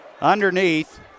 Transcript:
Underneath